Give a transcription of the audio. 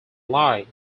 lie